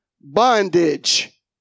bondage